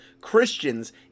christians